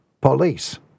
Police